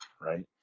right